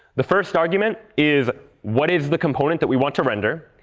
the first argument is, what is the component that we want to render?